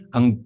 Ang